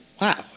wow